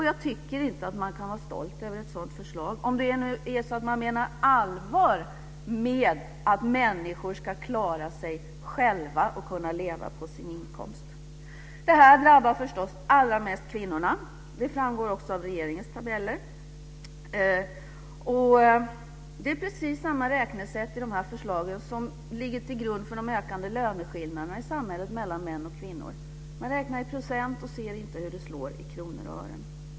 Jag tycker inte att man kan vara stolt över ett sådant förslag om det är så att man menar allvar med att människor ska klara sig själva och kunna leva på sin inkomst. Det här drabbar förstås allra mest kvinnorna. De framgår också av regeringens tabeller. Räknesättet i de här förslagen ligger också till grund för de ökande löneskillnaderna mellan män och kvinnor i samhället. Man räknar i procent och ser inte hur det slår i kronor och ören.